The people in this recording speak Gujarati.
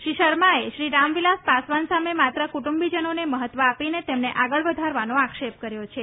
શ્રી શર્માએ શ્રી રામવિલાસ પાસવાન સામે માત્ર કુટુંબીજનોને મહત્વ આપીને તેમને આગળ વધારવાનો આક્ષેપ કર્યો છે